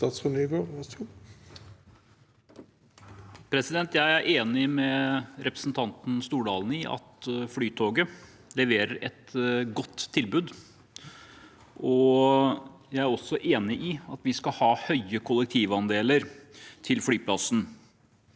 Jeg er enig med representanten Stordalen i at Flytoget leverer et godt tilbud, og jeg er også enig i at vi skal ha en høy kollektivandel til flyplassen.